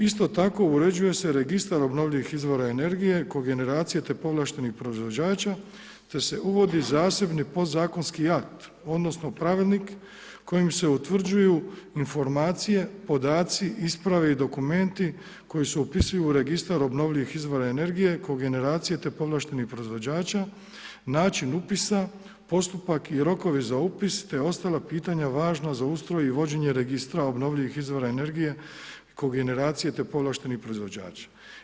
Isto tako uređuje se Registar obnovljivih izvora energije … generacije te povlaštenih proizvođača te se uvodi zasebni podzakonski akt, odnosno pravilnik kojim se utvrđuju informacije, podaci, isprave i dokumenti koji se upisuju u registar obnovljivih izvora energije kogeneracije te povlaštenih proizvođača, način upisa, postupa i rokovi za upis te ostala pitanja važna za ustroj i vođenje registra obnovljivih izvora energije kogeneracije te povlaštenih proizvođača.